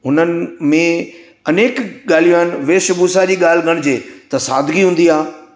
हुननि में अनेक ॻाल्हियूं आहिनि वेशभूषा जी ॻाल्हि ॻणिजे त सादिगी हूंदी आहे